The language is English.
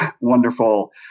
wonderful